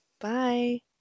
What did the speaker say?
Bye